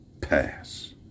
pass